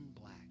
Black